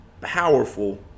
powerful